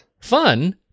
fun